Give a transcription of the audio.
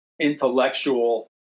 intellectual